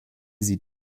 sie